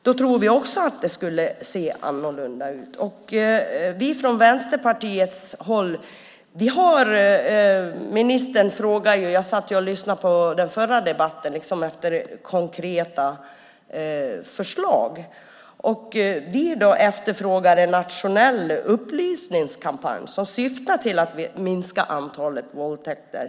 Vi tror att det skulle se annorlunda ut då. Jag satt och hörde på den förra debatten då ministern efterlyste konkreta förslag. Vi efterfrågar en nationell upplysningskampanj som syftar till att minska antalet våldtäkter.